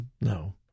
No